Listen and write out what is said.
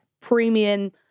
premium